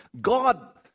God